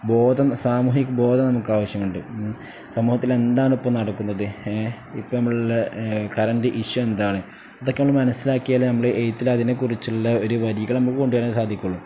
ബോധം സാമൂഹക് ബോധം നമുക്ക് ആാവശ്യമണ്ട് സമൂഹത്തി എന്താണ ഇപ്പ നടക്കുന്നത് ഇപ്പ നമ്മളള്ള കറൻറ്റ് ഇഷ്യു എന്താണ് ഇതൊക്കെ നമ്മള് മനസ്സിലാക്കിയല്േ നമ്മള് എഴുത്തി അതിനെക്കുറിച്ചുള്ള ഒരു വരികള് നമുക്ക് കൊണ്ടുുവരരാൻ സാധിക്കൊുള്ളൂ